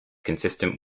consistent